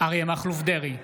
אריה מכלוף דרעי,